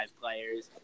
players